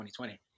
2020